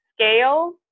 scale